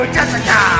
Jessica